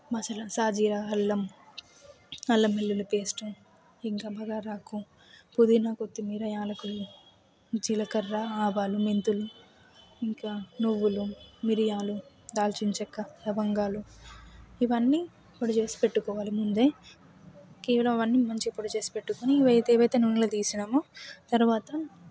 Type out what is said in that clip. మసాలా సాజీరా అల్లం అల్లం వెల్లుల్లి పేస్ట్ ఇంకా బగారా ఆకు పుదీనా కొత్తిమీర యాలకులు జీలకర్ర ఆవాలు మెంతులు ఇంకా నువ్వులు మిరియాలు దాల్చిన చెక్క లవంగాలు ఇవన్నీ మనం చేసి పెట్టుకోవాలి ముందే ఇలా మంచిగా పొడి చేసి పెట్టుకుని ఏవైతే ఏవైతే నూనెలో తీసినామో తర్వాత